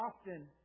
often